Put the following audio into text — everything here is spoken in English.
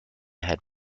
had